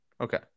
Okay